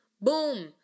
boom